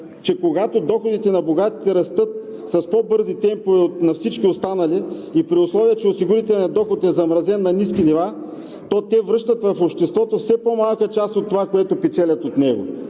че когато доходите на богатите растат с по-бързи темпове от на всички останали и при условие, че осигурителният доход е замразен на ниски нива, то те връщат в обществото все по-малка част от това, което печелят от него.